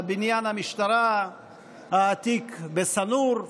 בבניין המשטרה העתיק בשא-נור,